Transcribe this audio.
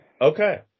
Okay